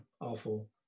awful